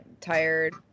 tired